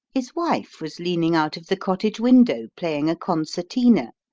his wife was lean ing out of the cottage window playing a concertina.